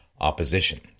opposition